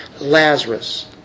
Lazarus